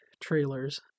trailers